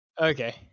Okay